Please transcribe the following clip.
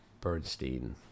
Bernstein